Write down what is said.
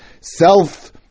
self